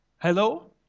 Hello